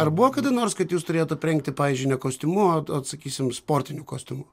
ar buvo kada nors kad jūs turėjot aprengti pavyzdžiui ne kostiumu o sakysim sportiniu kostiumu